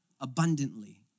abundantly